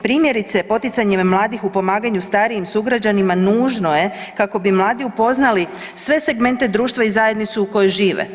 Primjerice, poticanjem mladih u pomaganju starijim sugrađanima nužno je kako bi mladi upoznali sve segmente društva i zajednicu u kojoj žive.